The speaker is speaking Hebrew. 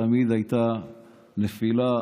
תמיד הייתה נפילה,